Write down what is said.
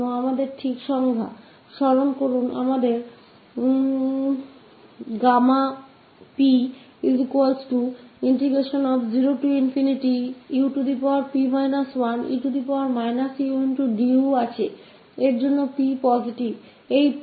बस याद करते हुए तो हमारे पास है Γ𝑝 0 𝑢𝑝−1𝑒−𝑢𝑑𝑢 पॉजिटिव p क लि